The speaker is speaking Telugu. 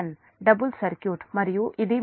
డబుల్ సర్క్యూట్ మరియు ఇది మీ లైన్ 2XL20 0